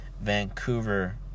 Vancouver